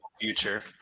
future